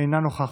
אינה נוכחת,